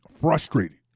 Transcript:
frustrated